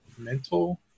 mental